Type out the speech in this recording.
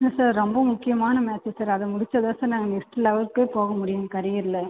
S sir ரொம்ப முக்கியமான match sir அதை முடிச்சால் தான் சார் நாங்கள் நெக்ஸ்ட் லெவலுக்கே போக முடியும் கெரியர்ல